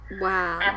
wow